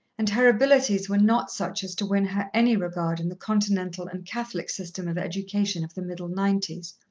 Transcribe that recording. and her abilities were not such as to win her any regard in the continental and catholic system of education of the middle nineties.